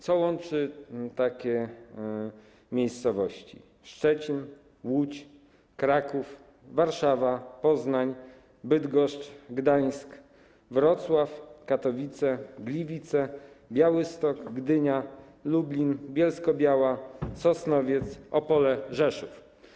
Co łączy takie miejscowości: Szczecin, Łódź, Kraków, Warszawa, Poznań, Bydgoszcz, Gdańsk, Wrocław, Katowice, Gliwice, Białystok, Gdynia, Lublin, Bielsko-Biała, Sosnowiec, Opole, Rzeszów?